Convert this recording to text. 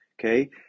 Okay